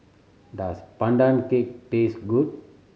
does Pandan Cake taste good